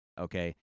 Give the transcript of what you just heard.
okay